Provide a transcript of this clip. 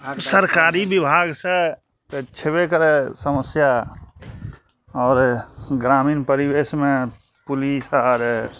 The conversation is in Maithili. आब सरकारी बिभागसँ तऽ छयबे करए समस्या आओर ग्रामीण परिवेशमे पुलिस आर